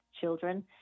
children